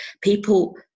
people